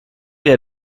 ihr